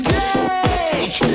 take